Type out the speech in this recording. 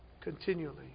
continually